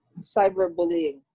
cyberbullying